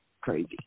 crazy